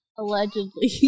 Allegedly